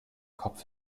kopf